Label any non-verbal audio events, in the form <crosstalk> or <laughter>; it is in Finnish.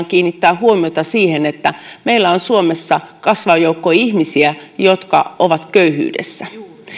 <unintelligible> kiinnittää huomiota siihen että meillä on suomessa kasvava joukko ihmisiä jotka ovat köyhyydessä